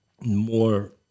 more